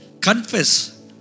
confess